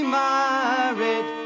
married